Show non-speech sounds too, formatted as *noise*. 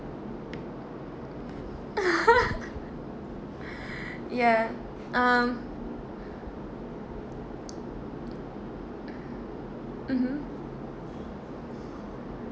*laughs* ya um mmhmm